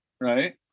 right